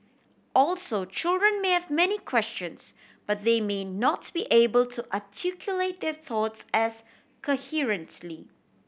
also children may have many questions but they may not be able to articulate their thoughts as coherently